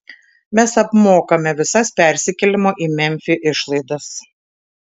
mes apmokame visas persikėlimo į memfį išlaidas